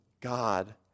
God